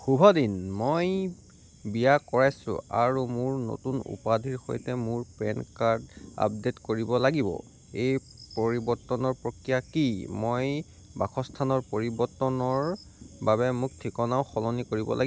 শুভদিন মই বিয়া কৰাইছোঁ আৰু মোৰ নতুন উপাধিৰ সৈতে মোৰ পেন কাৰ্ড আপডে'ট কৰিব লাগিব এই পৰিৱৰ্তনৰ প্ৰক্ৰিয়া কি মই বাসস্থানৰ পৰিবৰ্তনৰ বাবে মোৰ ঠিকনাও সলনি কৰিব লাগি